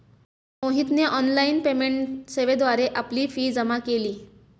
मोहितने online payment सेवेद्वारे आपली फी जमा केली